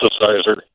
synthesizer